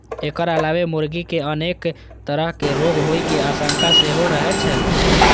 एकर अलावे मुर्गी कें अनेक तरहक रोग होइ के आशंका सेहो रहै छै